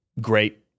great